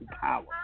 power